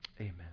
Amen